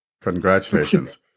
Congratulations